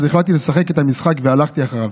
אז החלטתי לשחק את המשחק והלכתי אחריו.